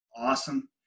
awesome